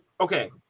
okay